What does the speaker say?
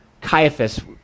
Caiaphas